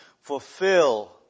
fulfill